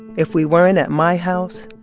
if we weren't at my house,